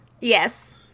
yes